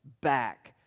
back